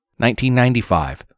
1995